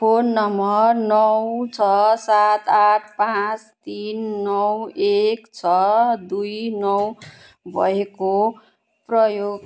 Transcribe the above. phone number नौ छ सात आठ पाँच तिन नौ एक छ दुई नौ भएको प्रयोग